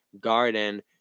garden